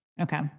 Okay